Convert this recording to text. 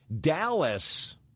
Dallas